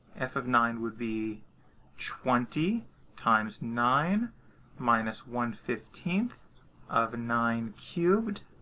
f of nine would be twenty times nine minus one fifteen of nine cubed